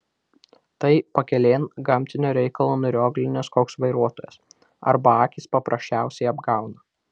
tai pakelėn gamtinio reikalo nurioglinęs koks vairuotojas arba akys paprasčiausiai apgauna